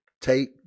take